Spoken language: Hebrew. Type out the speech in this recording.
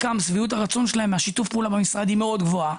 שביעות הרצון של חלקם משיתוף הפעולה במשרד היא מאוד גבוהה,